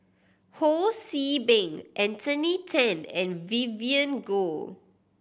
Ho See Beng Anthony Then and Vivien Goh